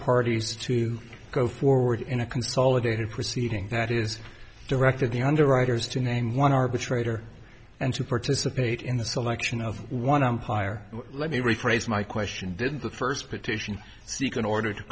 parties to go forward in a consolidated proceeding that is directed the underwriters to name one arbitrator and to participate in the selection of one pirate let me rephrase my question did the first petition seek an order to